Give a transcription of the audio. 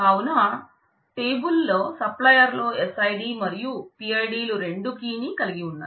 కావున టేబుల్లో సప్లయర్ లో SID మరియు PID రెండూ కీ ని కలిగి ఉన్నాయి